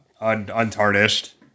untarnished